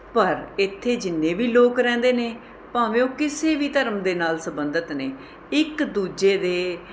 ਪਰ ਇੱਥੇ ਜਿੰਨੇ ਵੀ ਲੋਕ ਰਹਿੰਦੇ ਨੇ ਭਾਵੇਂ ਉਹ ਕਿਸੇ ਵੀ ਧਰਮ ਦੇ ਨਾਲ਼ ਸੰਬੰਧਿਤ ਨੇ ਇੱਕ ਦੂਜੇ ਦੇ